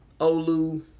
Olu